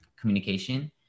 communication